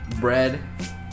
bread